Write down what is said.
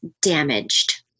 damaged